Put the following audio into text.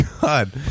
God